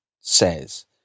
says